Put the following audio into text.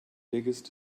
biggest